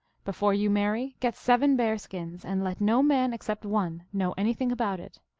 before you marry get seven bear-skins, and let no man except one know anything about it.